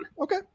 okay